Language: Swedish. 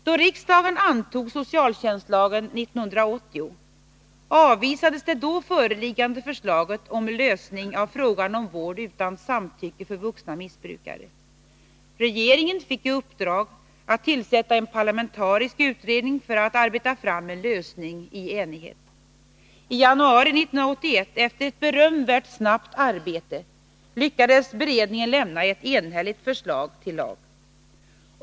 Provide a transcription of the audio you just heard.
Då riksdagen antog socialtjänstlagen 1980 avvisades det då föreliggande förslaget om lösning av frågan om vård utan samtycke för vuxna missbrukare. Regeringen fick i uppdrag att tillsätta en parlamentarisk utredning för att arbeta fram en lösning i enighet. I januari 1981 — efter ett berömvärt snabbt arbete — lyckades beredningen avlämna ett enhälligt förslag till lag.